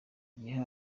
gihe